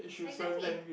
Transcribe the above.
exactly